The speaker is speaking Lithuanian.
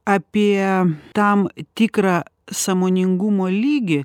apie tam tikrą sąmoningumo lygį